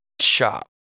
shop